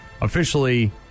officially